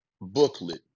booklet